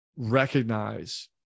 recognize